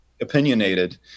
opinionated